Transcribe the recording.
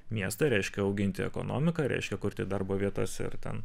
miestą reiškia auginti ekonomiką reiškia kurti darbo vietas ir ten